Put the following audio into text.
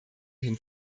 hin